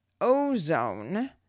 ozone